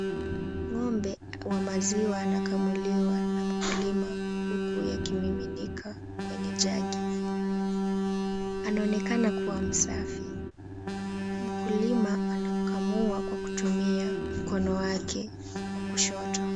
Ng'ombe wa maziwa anakamuliwa na mkulima huku yakimiminika kwenye jagi. Anaonekana kuwa msafi. Mkulima anakamua kwa kutumia mkono wake wa kushoto.